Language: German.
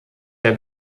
der